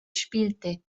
spielte